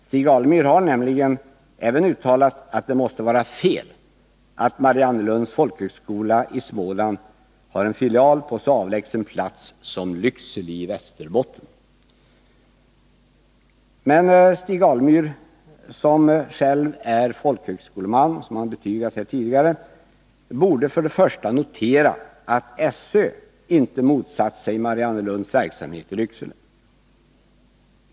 Stig Alemyr har nämligen även uttalat att det måste vara fel att Mariannelunds folkhögskola i Småland har en filial på en så avlägsen plats som Lycksele i Västerbotten. Stig Alemyr, som själv är folkhögskoleman, vilket han har betygat tidigare i debatten, borde först och främst notera att SÖ inte motsatt. sig Mariannelunds verksamhet i Lycksele.